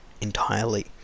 entirely